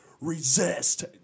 resist